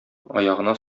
аягына